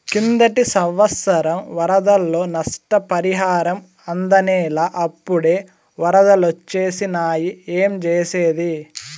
కిందటి సంవత్సరం వరదల్లో నష్టపరిహారం అందనేలా, అప్పుడే ఒరదలొచ్చేసినాయి ఏంజేసేది